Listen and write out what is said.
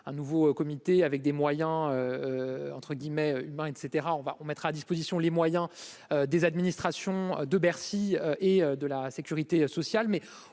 un nouveau comité avec des moyens entre guillemets une main, et cetera, on va, on mettra à disposition les moyens des administrations de Bercy et de la sécurité sociale